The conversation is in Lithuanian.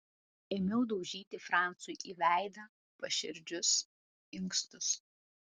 ėmiau daužyti francui į veidą paširdžius inkstus